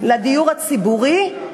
לדיור הציבורי,